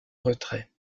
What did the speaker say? retrait